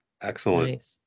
excellent